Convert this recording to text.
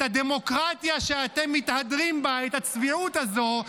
את הדמוקרטיה אשר אתם מתהדרים בה, את הצביעות הזו,